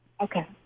Okay